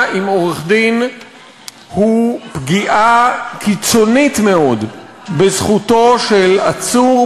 עם עורך-דין הוא פגיעה קיצונית מאוד בזכותו של עצור,